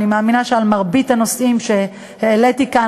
אני מאמינה שעל רוב הנושאים שהעליתי כאן